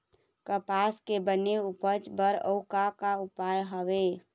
कपास के बने उपज बर अउ का का उपाय हवे?